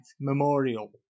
memorial